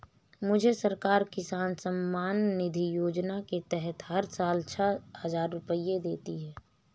मुझे सरकार किसान सम्मान निधि योजना के तहत हर साल छह हज़ार रुपए देती है